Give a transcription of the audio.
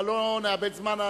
אבל לא נאבד זמן.